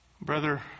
Brother